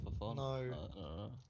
No